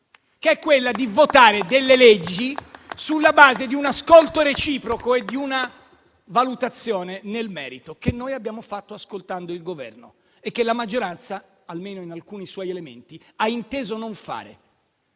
che è quella di votare delle leggi sulla base di un ascolto reciproco e di una valutazione nel merito che noi abbiamo fatto ascoltando il Governo, e che la maggioranza, almeno in alcuni suoi elementi, ha inteso non fare.